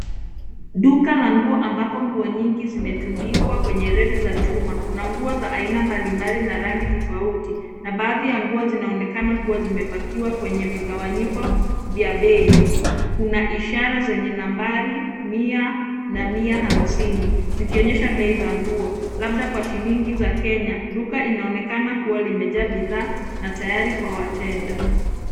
Duka la nguo ambapo nguo nyingi zimetundikwa kwenye reli za chuma, kuna nguo za aina mbalimbali na rangi tofauti na baadhi ya nguo zinaonekana kuwa zimepakiwa kwenye vigawanyiko vya bei. Kuna ishara zenye nambari mia na mia hamsini zikionyesha bei za nguo labda kwa shilingi za Kenya. Duka inaonekana kuwa limejaa bidhaa na tayari kwa wateja.